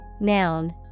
noun